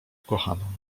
ukochaną